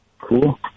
Cool